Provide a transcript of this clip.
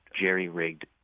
jerry-rigged